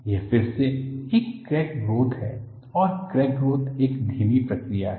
यह फिर से एक क्रैक ग्रोथ है और क्रैक ग्रोथ एक धीमी प्रक्रिया है